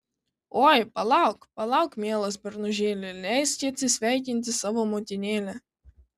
oi palauk palauk mielas bernužėli leiski atsisveikinti savo motinėlę